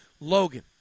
Logan